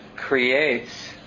creates